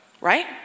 right